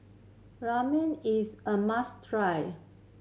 ramen is a must try